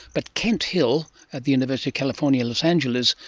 but kent hill at the university of california, los angeles,